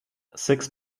six